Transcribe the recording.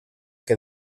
què